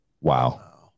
Wow